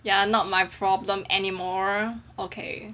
ya not my problem anymore okay